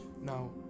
Now